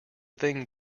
thing